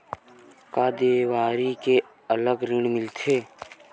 का देवारी के अलग ऋण मिलथे?